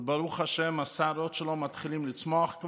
וברוך השם, השערות שלו כבר מתחילות לצמוח.